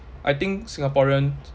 I think singaporean